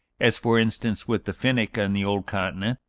as, for instance, with the finnic on the old continent,